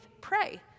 pray